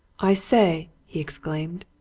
i say! he exclaimed,